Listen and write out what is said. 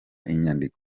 inyandiko